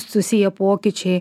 susiję pokyčiai